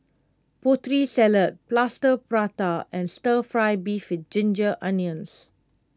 Putri Salad Plaster Prata and Stir Fry Beef with Ginger Onions